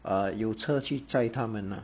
err 有车去载他们 ah